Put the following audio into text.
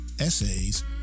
essays